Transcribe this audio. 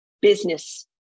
business